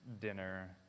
dinner